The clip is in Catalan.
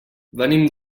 venim